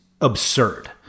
absurd